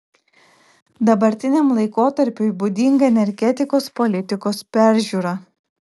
dabartiniam laikotarpiui būdinga energetikos politikos peržiūra